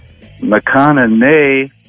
McConaughey